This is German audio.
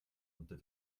unter